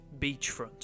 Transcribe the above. beachfront